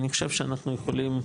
אני חושב שאנחנו יכולים,